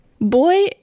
boy